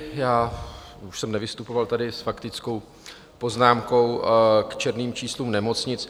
Já už jsem nevystupoval tady s faktickou poznámkou k černým číslům nemocnic.